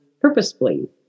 purposefully